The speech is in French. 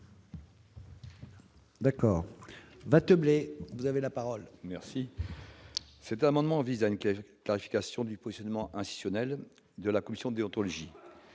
D'accord, bah Tobler vous avez la parole merci. Cet amendement vise à une une clarification du positionnement institutionnel de la commission déontologique